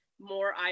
more